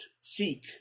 seek